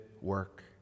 work